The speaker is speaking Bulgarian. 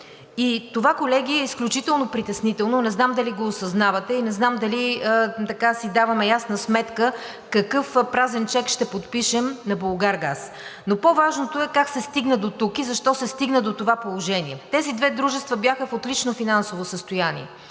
Това, колеги, е изключително притеснително и не знам дали го осъзнавате. Не знам дали си даваме ясна сметка какъв празен чек ще подпишем на „Булгаргаз“. По-важното е как се стигна дотук и защо се стигна до това положение? Тези две дружества бяха в отлично финансово състояние.